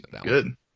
Good